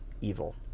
evil